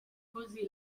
così